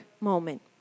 moment